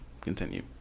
continue